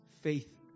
faith